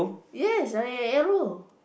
yes arrow